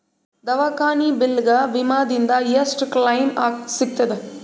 ದವಾಖಾನಿ ಬಿಲ್ ಗ ವಿಮಾ ದಿಂದ ಎಷ್ಟು ಕ್ಲೈಮ್ ಸಿಗತದ?